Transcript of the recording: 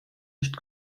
nicht